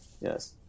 Yes